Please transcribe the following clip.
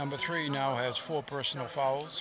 number three now has four personal fouls